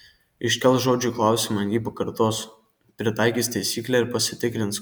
iškels žodžiui klausimą jį pakartos pritaikys taisyklę ir pasitikrins